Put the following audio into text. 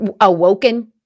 awoken